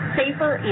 safer